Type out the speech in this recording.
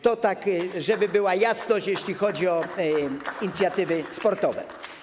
To tak, żeby była jasność, jeśli chodzi o inicjatywy sportowe.